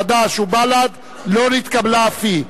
חד"ש ובל"ד לא נתקבלה אף היא.